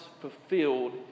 fulfilled